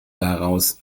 daraus